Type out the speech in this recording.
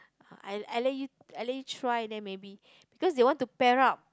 I I let you I let you try then maybe because they want to pair up